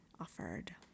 offered